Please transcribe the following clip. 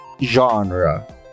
genre